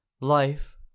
Life